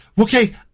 okay